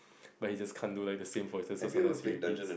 but he just can't do the same voices are sometimes he repeats